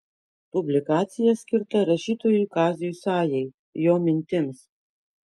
publikacija skirta rašytojui kaziui sajai jo mintims